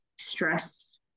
stress